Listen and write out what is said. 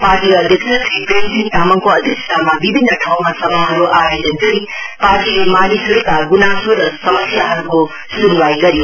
party अध्यक्ष श्री प्रेम सिंह तामाङको अध्यक्षतामा विभिन्न ठाउँमा सभाहरू आयोजना गरी पार्टीले मानिसहरूका ग्नासो र समस्याहरूको सुनवाई गर्यो